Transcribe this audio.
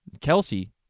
Kelsey